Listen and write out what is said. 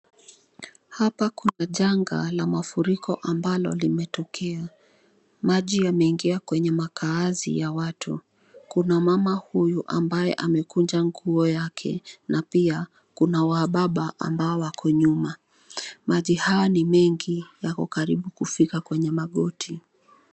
Hapa kuna janga la mafuriko ambalo limetokea. Maji yameingia kwenye makazi ya watu. Kuna mama huyu ambaye amekunja nguo yake na pia kuna wababa ambao wako nyuma. Maji haya ni mengi yako karibu kufika kwenye magoti.